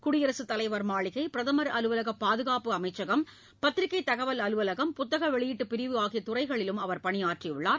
குடியரசுத்தலைவா் மாளிகை பிரதமா் அலுவலகம் பாதுகாப்பு அமைச்சகம் பத்திரிக்கை தகவல் அலுவலகம் புத்தக வெளியீட்டுப்பிரிவு ஆகிய துறைகளில் பணியாற்றியுள்ளார்